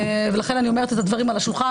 ולכן אני שמה את הדברים על השולחן.